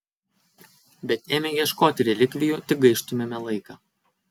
bet ėmę ieškoti relikvijų tik gaištumėme laiką